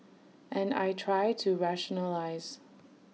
and I try to rationalise